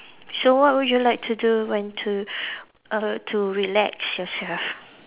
so what would you like to do when to err to relax yourself